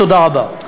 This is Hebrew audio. תודה רבה.